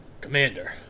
Commander